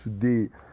today